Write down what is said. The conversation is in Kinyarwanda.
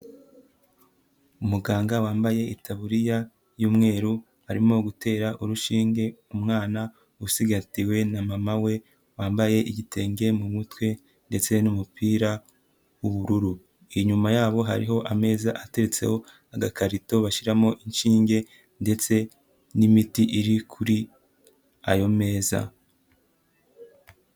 Umuganga wambaye itaburiya y'umweru arimo gutera urushinge umwana usigatiwe na mama we wambaye igitenge mu mutwe ndetse n'umupira w'ubururu, inyuma yabo hariho ameza ateretseho agakarito bashyiramo inshinge ndetse n'imiti iri kuri ayo meza.